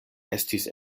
estis